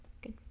Good